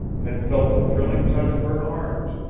had felt the thrilling touch of her arms,